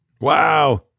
Wow